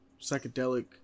psychedelic